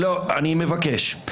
אני מבקש.